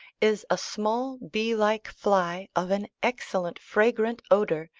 is a small bee-like fly of an excellent fragrant odour,